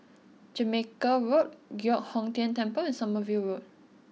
Jamaica Road Giok Hong Tian Temple and Sommerville Road